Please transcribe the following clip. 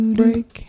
break